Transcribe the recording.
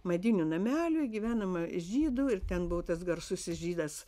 medinių namelių gyvenama žydų ir ten buvo tas garsusis žydas